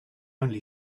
only